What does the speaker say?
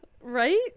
Right